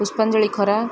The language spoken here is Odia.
ପୁଷ୍ପାଞ୍ଜଳି ଖରା